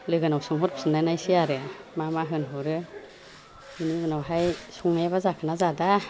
लोगोनाव सोंहर फिन्नाय नायसै आरो मा मा होनहरो बिनि उनावहाय संनायाबा जाखोना जादिया